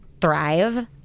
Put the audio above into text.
thrive